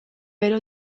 bero